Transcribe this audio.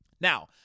Now